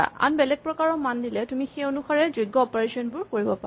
আন বেলেগ প্ৰকাৰৰ মান দিলে তুমি সেই অনুসাৰে যোগ্য অপাৰেচন বোৰ কৰিব পাৰিবা